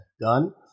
done